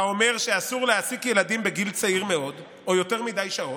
האומר שאסור להעסיק ילדים בגיל צעיר מאוד או יותר מדי שעות,